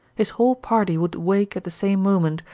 his whole party would awake at the same moment,